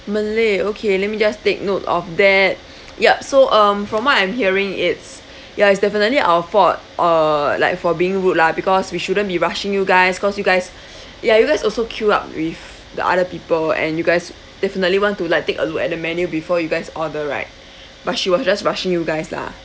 malay okay let me just take note of that yup so um from what I'm hearing it's ya it's definitely our fault uh like for being rude lah because we shouldn't be rushing you guys cause you guys ya you guys also queue up with the other people and you guys definitely want to like take a look at the menu before you guys order right but she was just rushing you guys lah